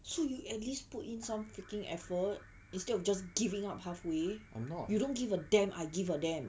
so you at least put in some freaking effort instead of just giving up halfway you don't give a damn I give a damn